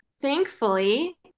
Thankfully